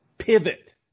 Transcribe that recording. Pivot